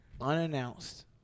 unannounced